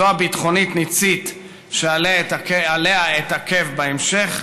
זו הביטחונית-ניצית, שעליה אתעכב בהמשך,